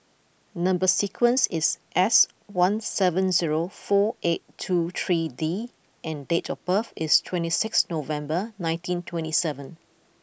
number sequence is S one seven zero four eight two three D and date of birth is twenty six November nineteen twenty seven